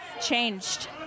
changed